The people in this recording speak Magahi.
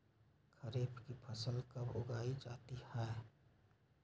खरीफ की फसल कब उगाई जाती है?